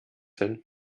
hin